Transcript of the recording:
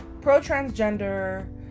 pro-transgender